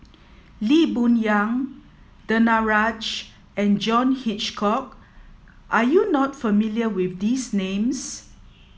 Lee Boon Yang Danaraj and John Hitchcock are you not familiar with these names